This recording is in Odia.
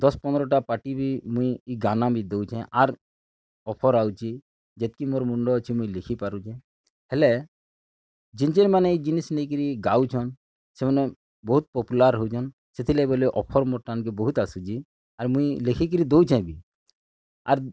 ଦଶ୍ ପନ୍ଦର୍ଟା ପାର୍ଟି ବି ମୁଇଁ ଇ ଗାନା ବି ଦଉଚେଁ ଆର୍ ଅଫର୍ ଆଉଚି ଯେତ୍କି ମୋର୍ ମୁଣ୍ଡ ଅଛି ମୁଇଁ ଲେଖିପାରୁଚିଁ ହେଲେ ଯେନ୍ ଯେନ୍ମାନେ ଇ ଜିନିଷ୍ ନେଇକରି ଗାଉଛନ୍ ସେମାନେ ବହୁତ୍ ପପୁଲାର୍ ହଉଛନ୍ ସେଥିରଲାଗି ବୋଲେ ଅଫର୍ ବହୁତ୍ ଆସୁଚି ଆର୍ ମୁଇଁ ଲେଖିକରି ଦଉଚେଁ ବି ଆର୍